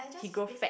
she grow fat